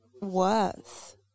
worth